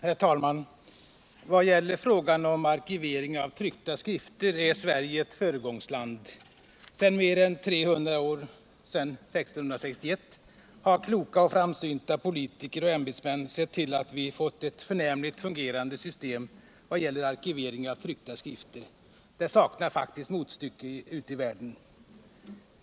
Herr talman! Vad gäller frågan om arkivering av tryckta skrifter är Sverige ett föregångsland. Sedan mer än 300 år — sedan år 1661 — har kloka och framsynta politiker och ämbetsmän sett till att vi fått ett förnämligt fungerande system beträffande arkivering av tryckta skrifter. Det saknar faktiskt motstycke ute i världen.